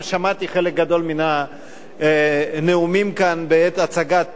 אני גם שמעתי חלק גדול מן הנאומים כאן בעת הצגת